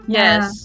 yes